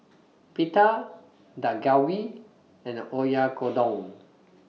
Pita Dak Galbi and Oyakodon